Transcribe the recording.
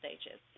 stages